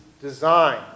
design